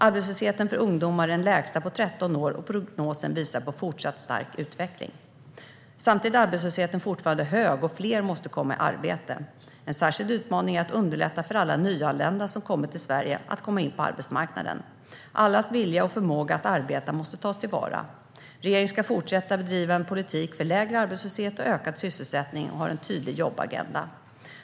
Arbetslösheten för ungdomar är den lägsta på 13 år, och prognosen visar på en fortsatt stark utveckling. Samtidigt är arbetslösheten fortfarande hög, och fler måste komma i arbete. En särskild utmaning är att underlätta för alla nyanlända som har kommit till Sverige att komma in på arbetsmarknaden. Allas vilja och förmåga att arbeta måste tas till vara. Regeringen ska fortsätta att bedriva en politik för lägre arbetslöshet och ökad sysselsättning och har en tydlig jobbagenda.